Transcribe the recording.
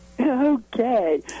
Okay